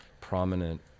prominent